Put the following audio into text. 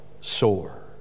sore